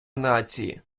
нації